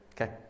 Okay